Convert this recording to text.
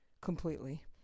completely